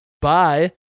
bye